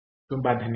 ತುಂಬಾ ಧನ್ಯವಾದಗಳು